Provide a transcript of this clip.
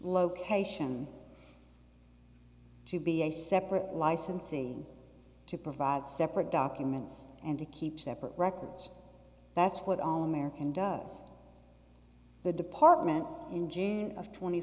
location to be a separate licensee to provide separate documents and to keep separate records that's what all american does the department in june